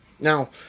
Now